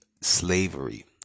slavery